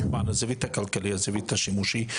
זווית: הזווית הכלכלית, הזווית השימושית.